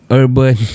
urban